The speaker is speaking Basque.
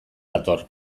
dator